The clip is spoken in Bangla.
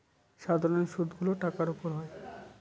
সাধারন সুদ গুলো টাকার উপর হয়